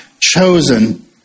chosen